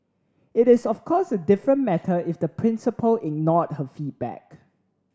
it is of course a different matter if the principal ignored her feedback